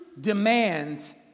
demands